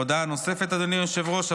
הודעה נוספת, אדוני היושב-ראש.